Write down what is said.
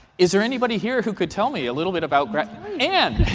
is there anybody here who could tell me a little bit about grad anne.